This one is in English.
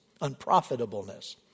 unprofitableness